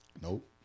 Nope